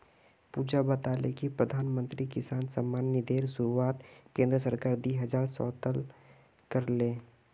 पुजा बताले कि प्रधानमंत्री किसान सम्मान निधिर शुरुआत केंद्र सरकार दी हजार सोलत कर ले